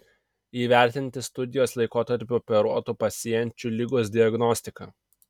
įvertinti studijos laikotarpiu operuotų pacienčių ligos diagnostiką